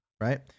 right